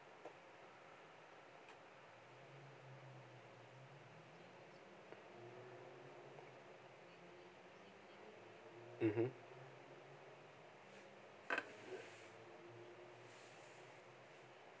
mmhmm